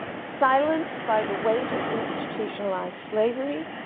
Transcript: silenced by the weight of institutionalized slavery,